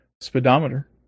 speedometer